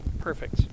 perfect